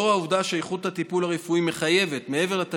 לאור העובדה שאיכות הטיפול הרפואי מחייבת,